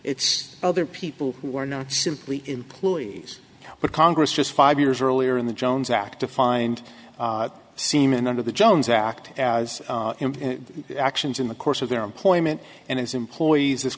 it's other people who are not simply employees but congress just five years earlier in the jones act to find semen under the jones act as in actions in the course of their employment and its employees